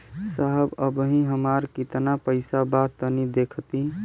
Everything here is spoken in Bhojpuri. साहब अबहीं हमार कितना पइसा बा तनि देखति?